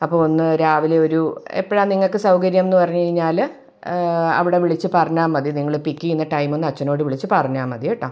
അപ്പോൾ ഒന്ന് രാവിലെ ഒരു എപ്പോഴാണ് നിങ്ങൾക്ക് സൗകര്യമെന്ന് പറഞ്ഞ് കഴിഞ്ഞാൽ അവിടെ വിളിച്ച് പറഞ്ഞാൽ മതി നിങ്ങൾ പിക്ക് ചെയ്യുന്ന ടൈമൊന്ന് അച്ഛനോട് വിളിച്ച് പറഞ്ഞാൽ മതീട്ടോ